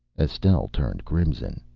estelle turned crimson.